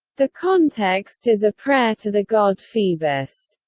the context is a prayer to the god phoebus.